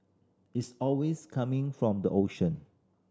it's always coming from the ocean